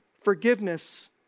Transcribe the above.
forgiveness